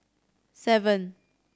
seven